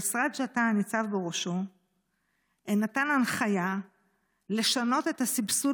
המשרד שאתה ניצב בראשו נתן הנחיה לשנות את הסבסוד